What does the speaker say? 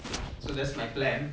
so that's my plan